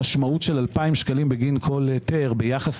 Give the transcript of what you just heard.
המשמעות של 2,000 שקלים בגין כל היתר ביחס